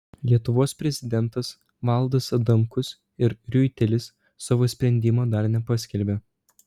lietuvos prezidentas valdas adamkus ir riuitelis savo sprendimo dar nepaskelbė